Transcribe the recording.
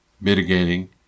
mitigating